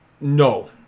No